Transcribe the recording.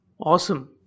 Awesome